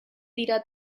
dira